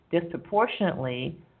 disproportionately